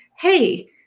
hey